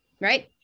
Right